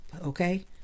okay